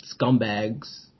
scumbags